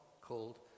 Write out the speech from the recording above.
called